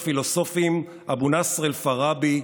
הפילוסופים המוסלמים אבו נצר אל-פאראבי,